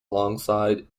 alongside